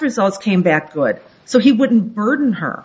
results came back good so he wouldn't burden her